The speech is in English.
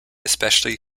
especially